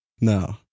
no